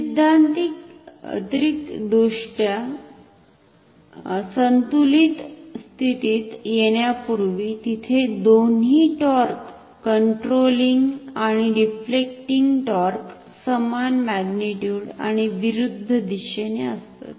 सिद्धांतिक दृष्ट्या संतुलित स्थितीत येण्यापूर्वी तिथे दोन्ही टॉर्क कंट्रोलिंग आणि डिफ्लेकटिंग टॉर्क समानमॅग्नीट्युड आणि विरुद्ध दिशेने असतात